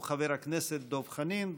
הוא חבר הכנסת דב חנין.